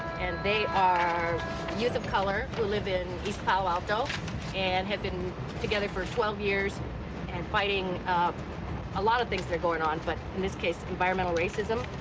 and they are youth of color who live in east palo alto and have been together for twelve years and fighting a lot of things that are going on but, in this case, environmental racism.